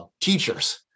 teachers